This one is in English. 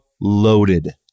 loaded